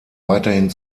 weiterhin